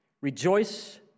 rejoice